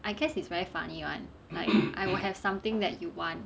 I guess it's very funny [one] like I will have something that you want